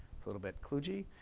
it's a little bit coogie.